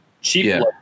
cheap